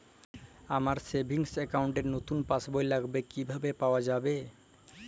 আমার savings account র নতুন পাসবই লাগবে কিভাবে পাওয়া যাবে?